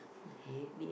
okay